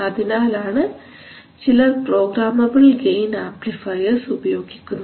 അതിനാലാണ് ചിലർ programmable gain amplifiers ഉപയോഗിക്കുന്നത്